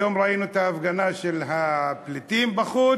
היום ראינו את ההפגנה של הפליטים בחוץ,